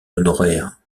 honoraire